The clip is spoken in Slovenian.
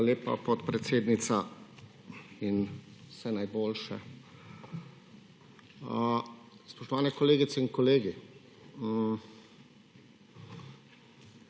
Hvala lepa podpredsednica in vse najboljše. Spoštovani kolegice in kolegi!